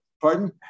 pardon